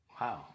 Wow